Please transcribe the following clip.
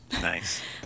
nice